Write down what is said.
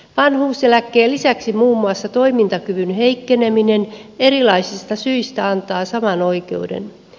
vanhuuseläkkeen lisäksi muun muassa toimintakyvyn heikkeneminen erilaisista syistä antaa saman oikeuden